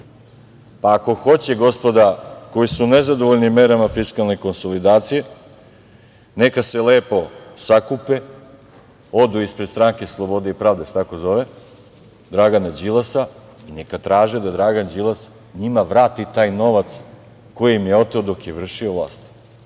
hoće gospoda koja su nezadovoljna merama fiskalne konsolidacije, neka se lepo sakupe, odu ispred stranke SSP, jel se tako zove, i neka traže da Dragan Đilas njima vrati taj novac koji im je oteo dok je vršio vlast.